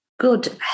good